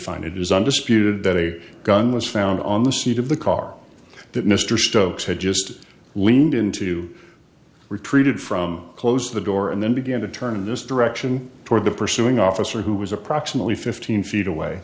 find it is undisputed that a gun was found on the seat of the car that mr stokes had just leaned into retreated from close the door and then began to turn in this direction toward the pursuing officer who was approximately fifteen feet away